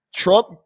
Trump